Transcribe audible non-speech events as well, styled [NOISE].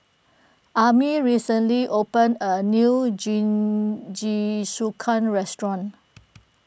Amey recently opened a new Jingisukan restaurant [NOISE]